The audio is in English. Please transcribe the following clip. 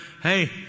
hey